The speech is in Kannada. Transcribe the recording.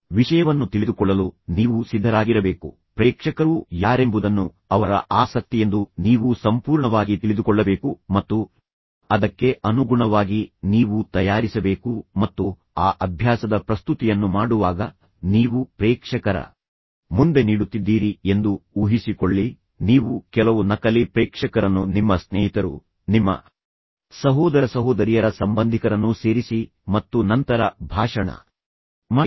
ವಿಷಯವನ್ನು ತಿಳಿದುಕೊಳ್ಳಲು ನೀವು ಸಿದ್ಧರಾಗಿರಬೇಕು ಪ್ರೇಕ್ಷಕರು ಯಾರೆಂಬುದನ್ನು ಅವರ ಆಸಕ್ತಿಯೆಂದು ನೀವು ಸಂಪೂರ್ಣವಾಗಿ ತಿಳಿದುಕೊಳ್ಳಬೇಕು ಮತ್ತು ಅದಕ್ಕೆ ಅನುಗುಣವಾಗಿ ನೀವು ತಯಾರಿಸಬೇಕು ಮತ್ತು ಆ ಅಭ್ಯಾಸದ ಪ್ರಸ್ತುತಿಯನ್ನು ಮಾಡುವಾಗ ನೀವು ಪ್ರೇಕ್ಷಕರ ಮುಂದೆ ನೀಡುತ್ತಿದ್ದೀರಿ ಎಂದು ಊಹಿಸಿಕೊಳ್ಳಿ ನೀವು ಕೆಲವು ನಕಲಿ ಪ್ರೇಕ್ಷಕರನ್ನು ನಿಮ್ಮ ಸ್ನೇಹಿತರು ನಿಮ್ಮ ಸಹೋದರ ಸಹೋದರಿಯರ ಸಂಬಂಧಿಕರನ್ನು ಸೇರಿಸಿ ಮತ್ತು ನಂತರ ಭಾಷಣ ಮಾಡಿ